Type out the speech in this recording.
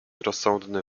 rozsądny